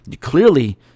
clearly